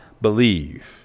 believe